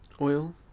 oil